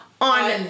on